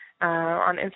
On